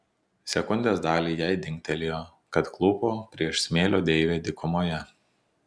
sekundės dalį jai dingtelėjo kad klūpo prieš smėlio deivę dykumoje